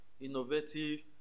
innovative